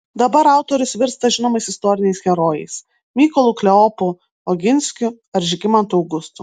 dabar autorius virsta žinomais istoriniais herojais mykolu kleopu oginskiu ar žygimantu augustu